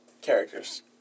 characters